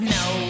no